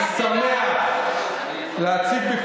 למה שאתה אומר?